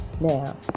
now